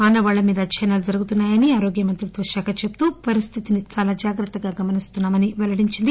ఆనవాళ్ల మీద అధ్యయనాలు జరుగుతున్నాయని ఆరోగ్య మంత్రిత్వ శాఖ చెబుతూ పరిస్థితిని చాలా జాగ్రత్తగా గమనిస్తున్నట్లు తెలియజేసింది